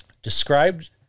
Described